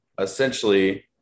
essentially